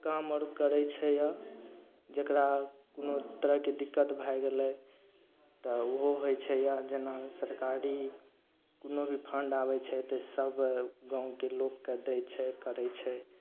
काम आओर करय छै यऽ जकरा कोनो तरहके दिक्कत भए गेलय तऽ उहो होइ छै यऽ जेना सरकारी कोनो भी फण्ड आबय छै तऽ सब गाँवके लोकके दै छै करय छै